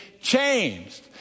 changed